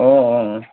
অঁ অঁ